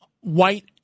white